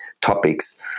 topics